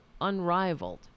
unrivaled